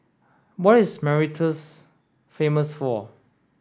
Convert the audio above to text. what is Mauritius famous for